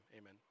amen